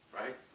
right